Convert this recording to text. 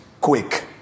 quick